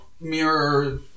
mirror